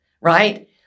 Right